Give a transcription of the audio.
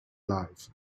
live